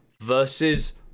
versus